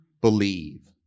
believe